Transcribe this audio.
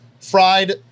Fried